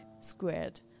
squared